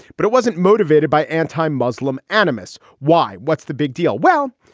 but it wasn't motivated by anti-muslim animus. why? what's the big deal? well,